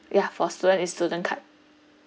yeah for student is student card